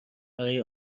برای